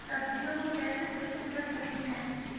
सब्जियों को कैसे सुरक्षित रख सकते हैं?